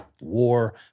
war